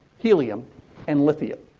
helium and lithium.